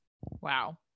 Wow